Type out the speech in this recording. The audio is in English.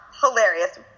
hilarious –